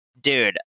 dude